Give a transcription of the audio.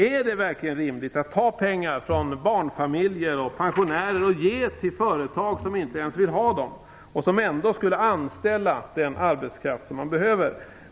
Är det verkligen rimligt att ta pengar från barnfamiljer och pensionärer och ge till företag som inte ens vill ha dem och som ändå skulle anställa den arbetskraft som man behöver?